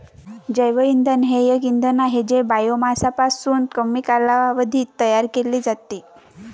जैवइंधन हे एक इंधन आहे जे बायोमासपासून कमी कालावधीत तयार केले जाते